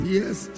yes